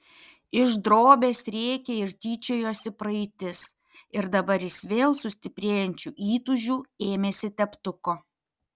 iš drobės rėkė ir tyčiojosi praeitis ir dabar jis vėl su stiprėjančiu įtūžiu ėmėsi teptuko